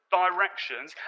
directions